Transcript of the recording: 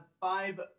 five